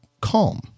calm